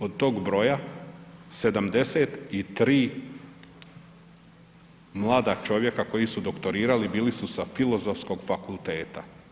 Od tih, od tog broja 73 mlada čovjeka koji su doktorirali bili su sa Filozofskog fakulteta.